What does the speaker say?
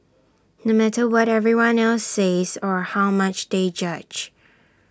no matter what everyone else says or how much they judge